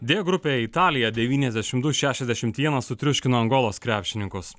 deja grupėj italija devyniasdešimt du šešiasdešimt vienas sutriuškino angolos krepšininkus